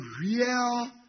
real